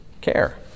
care